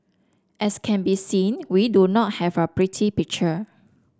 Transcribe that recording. as can be seen we do not have a pretty picture